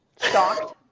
Shocked